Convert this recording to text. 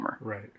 Right